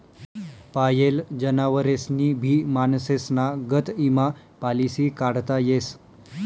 पायेल जनावरेस्नी भी माणसेस्ना गत ईमा पालिसी काढता येस